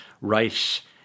rice